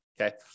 okay